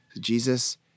Jesus